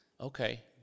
okay